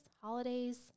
holidays